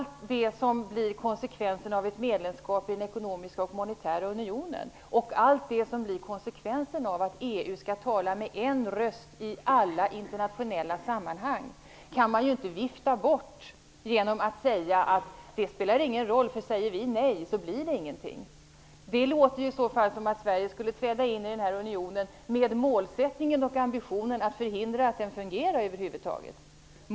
Konsekvenserna av ett medlemskap i den ekonomiska och monitära unionen och konsekvenserna av att EU skall tala med en röst i alla internationella sammanhang kan man ju inte vifta bort med påståenden som: Det spelar inte någon roll, därför att om Sverige säger nej blir det inget. Det låter som att Sverige skulle träda in i denna union med målsättningen och ambitionen att förhindra att unionen skall fungera över huvud taget.